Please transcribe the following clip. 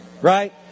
Right